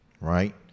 right